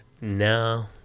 No